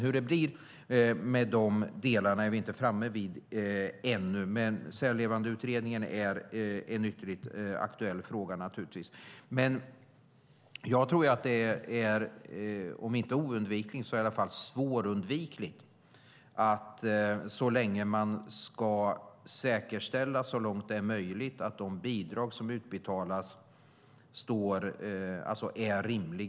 Hur det blir med de delarna är vi inte framme vid ännu. Men Särlevandeutredningen är naturligtvis ytterligt aktuell. Först ska man säkerställa så långt det är möjligt att de bidrag som utbetalas är rimliga genom att först göra en prövning.